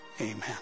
Amen